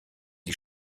die